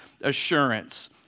assurance